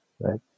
right